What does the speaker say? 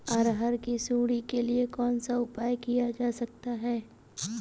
अरहर की सुंडी के लिए कौन सा उपाय किया जा सकता है?